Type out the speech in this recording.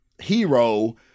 hero